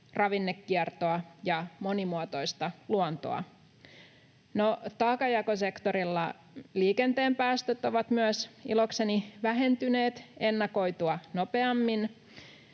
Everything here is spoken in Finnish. ravinnekiertoa ja monimuotoista luontoa. Taakanjakosektorilla liikenteen päästöt ovat myös ilokseni vähentyneet ennakoitua nopeammin.